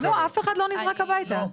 אף אחד לא נזרק הביתה.